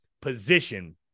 position